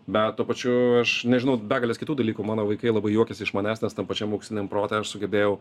bet tuo pačiu aš nežinau begalės kitų dalykų mano vaikai labai juokėsi iš manęs nes tam pačiam auksiniam prote aš sugebėjau